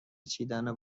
چیدن